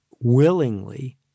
willingly